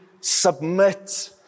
submit